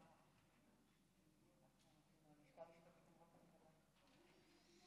ההצעה להעביר את הצעת חוק סליקת שיקים ושיקים ללא כיסוי (תיקוני חקיקה),